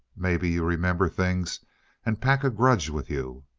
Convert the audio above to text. maybe you remember things and pack a grudge with you.